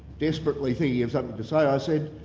desperately thinking of something to say, i said,